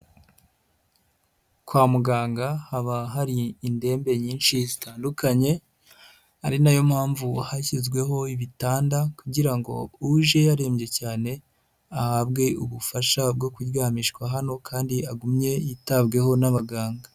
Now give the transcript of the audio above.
Kwa muganga haba hari indembe nyinshi zitandukanye, ari nayo mpamvu hashyizweho ibitanda kugira ngo uje yarembye cyane ahabwe ubufasha bwo kuryamishwa hano kandi agumye yitabweho n'abaganga.